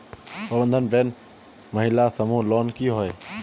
प्रबंधन बैंक महिला समूह लोन की होय?